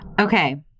Okay